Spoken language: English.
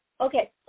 Okay